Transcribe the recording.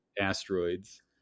asteroids